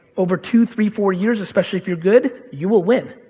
over two, three, four years, especially if you're good, you will win.